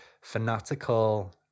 fanatical